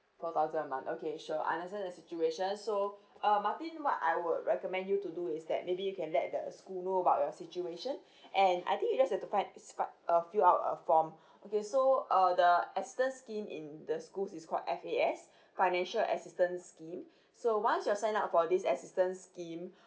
four thousand a month okay sure understand the situation so um martin what I would recommend you to do is that maybe you can let the school know about your situation and I think uh there is to find uh fill out a form okay so uh the assistance scheme in the schools is called F_A_S financial assistance scheme so once you sign up for this assistance scheme